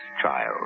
child